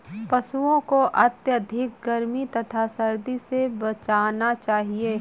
पशूओं को अत्यधिक गर्मी तथा सर्दी से बचाना चाहिए